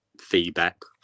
feedback